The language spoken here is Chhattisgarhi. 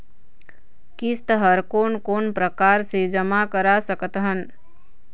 किस्त हर कोन कोन प्रकार से जमा करा सकत हन?